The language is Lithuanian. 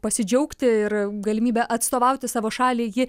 pasidžiaugti ir galimybe atstovauti savo šalį ji